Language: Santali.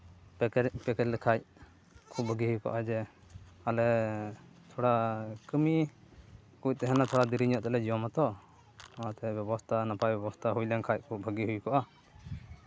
ᱯᱮᱠᱮᱴ ᱞᱮᱠᱷᱟᱱ ᱠᱷᱩᱵᱽ ᱵᱷᱟᱜᱮ ᱦᱩᱭ ᱠᱚᱜᱼᱟ ᱡᱮ ᱟᱞᱮ ᱛᱷᱚᱲᱟ ᱠᱟᱹᱢᱤ ᱠᱚ ᱛᱟᱦᱮᱱᱟ ᱛᱷᱚᱲᱟ ᱫᱮᱨᱤ ᱧᱚᱜ ᱛᱮᱞᱮ ᱡᱚᱢᱟᱛᱚ ᱚᱱᱟᱛᱮ ᱵᱮᱵᱚᱥᱛᱷᱟ ᱱᱟᱯᱟᱭ ᱵᱮᱵᱚᱥᱛᱷᱟ ᱦᱩᱭ ᱞᱮᱱᱠᱷᱟᱱ ᱠᱷᱩᱵᱽ ᱵᱷᱟᱹᱜᱤ ᱦᱩᱭ ᱠᱚᱜᱼᱟ